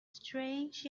strange